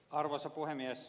arvoisa puhemies